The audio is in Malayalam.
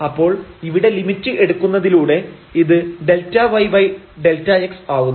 അപ്പോൾ ഇവിടെ ലിമിറ്റ് എടുക്കുന്നതിലൂടെ ഇത് ΔyΔx ആവുന്നു